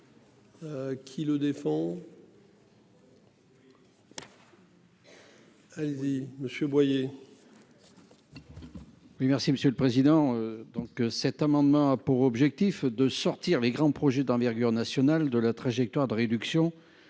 Qui le défend. Elle dit monsieur Boyer.